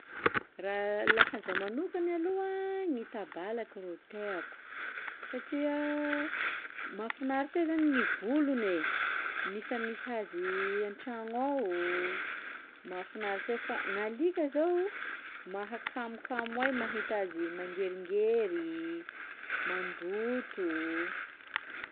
Raha laha zao manokany aloha gny tabalaky rô tiako satria mahafinaritsy ahy zany gny volony e, misamisa azy an-tragno ao mahafinaritsy ahy fa gn'alika zao mahakamokamo ahy mahita azy mangeringery, mandoto.